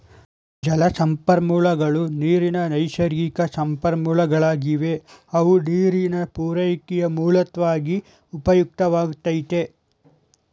ಜಲಸಂಪನ್ಮೂಲಗಳು ನೀರಿನ ನೈಸರ್ಗಿಕಸಂಪನ್ಮೂಲಗಳಾಗಿವೆ ಅವು ನೀರಿನ ಪೂರೈಕೆಯ ಮೂಲ್ವಾಗಿ ಉಪಯುಕ್ತವಾಗೈತೆ